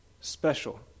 special